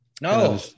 No